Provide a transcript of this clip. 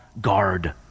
guard